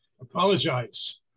apologize